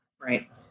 Right